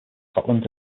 scotland